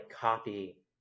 copy